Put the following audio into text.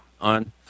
on